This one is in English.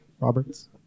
Roberts